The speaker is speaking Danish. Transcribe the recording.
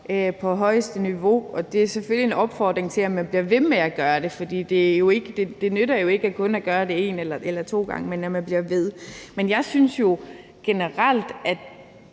på højeste niveau. Og det er selvfølgelig en opfordring til, at man bliver ved med at gøre det, for det nytter jo ikke kun at gøre det en eller to gange, men at man bliver ved. Men jeg synes jo generelt, at